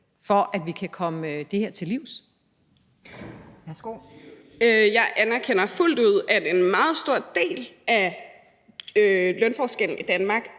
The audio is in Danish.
Kl. 11:49 Astrid Carøe (SF): Jeg anerkender fuldt ud, at en meget stor del af lønforskellen i Danmark